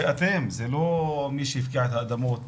זה אתם, זה לא מי שהפקיע את האדמות בכרמיאל.